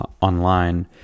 online